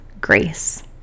grace